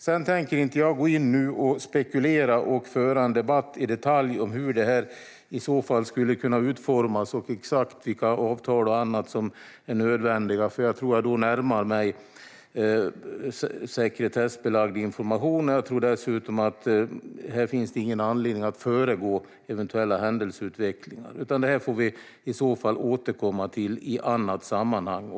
Jag tänker inte nu gå in och spekulera och föra en debatt i detalj om hur det i så fall skulle kunna utformas och exakt vilka avtal och annat som är nödvändiga. Jag tror att jag då närmar mig sekretessbelagd information. Det finns dessutom ingen anledning att föregå eventuella händelseutvecklingar. Det får vi i så fall återkomma till i annat sammanhang.